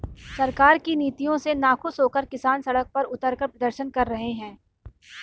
सरकार की नीतियों से नाखुश होकर किसान सड़क पर उतरकर प्रदर्शन कर रहे हैं